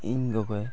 ᱤᱧ ᱜᱚᱜᱚᱭ